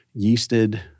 yeasted